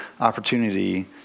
opportunity